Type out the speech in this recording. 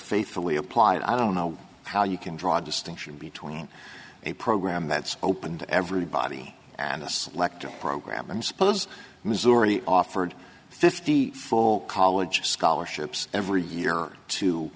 faithfully applied i don't know how you can draw a distinction between a program that's open to everybody and the selective program suppose maturity offered fifty full college scholarships every year to